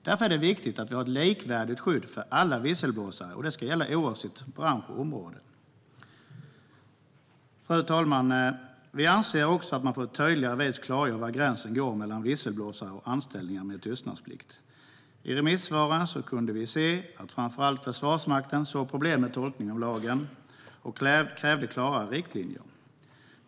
Därför är det viktigt att vi har ett likvärdigt skydd för alla visselblåsare, och det ska gälla oavsett bransch och område. Fru talman! Vi anser också att man på ett tydligare vis ska klargöra var gränsen går när det gäller visselblåsare och anställningar med tystnadsplikt. I remissvaren kunde vi se att framför allt Försvarsmakten såg problem med tolkning av lagen och krävde klarare riktlinjer.